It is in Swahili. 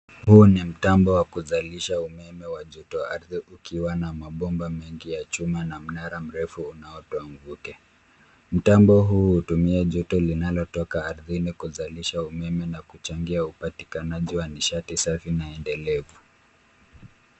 Huu ni mtambo wa kuzalisha umeme wa joto-ardhi ukiwa na mabomba mengi ya chuma na mnara mrefu unaotoa mvuke. Mtambo huu hutumia joto linalotoka ardhini kuzalisha umeme na kuchangia upatikanaji wa nishati safi na endelevu.